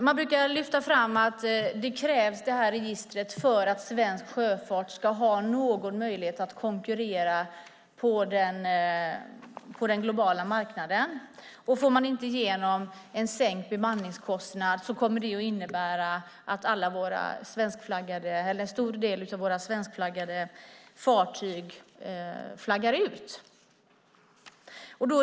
Man brukar lyfta fram att detta register krävs för att svensk sjöfart ska ha någon möjlighet att konkurrera på den globala marknaden, och får man inte igenom en sänkt bemanningskostnad kommer det att innebära att en stor del av våra svenskflaggade fartyg flaggar ut.